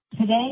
Today